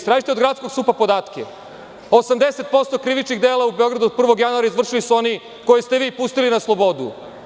Tražite od gradskog SUP podatke, 80% krivičnih dela u Beogradu od 1. januara izvršili su oni koje ste vi pustili na slobodu.